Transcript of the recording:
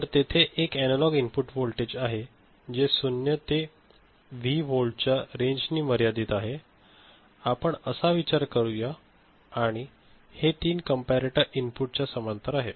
तर तेथे एक एनालॉग इनपुट व्होल्टेज आहे जे शून्य ते व्ही व्होल्टच्या रेंज नी मर्यादित आहे आपण असा विचार करूया आणि हे तीन कंपॅरेटर इनपुटच्या समांतर आहे